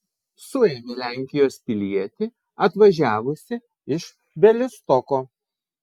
suėmė lenkijos pilietį atvažiavusį iš bialystoko